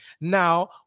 now